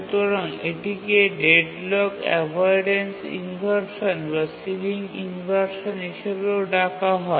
সুতরাং এটিকে deadlock avoidance inversion বা সিলিং ইনভারসান হিসাবেও ডাকা হয়